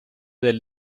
del